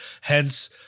hence